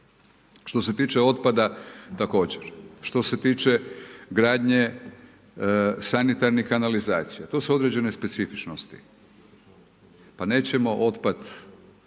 Što se tiče otpada, također. Što se tiče gradnje, sanitarnih kanalizacija, to su određene specifičnosti. Pa nećemo otpad,